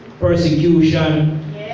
persecution